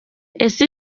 ese